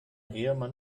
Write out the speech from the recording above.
ehemann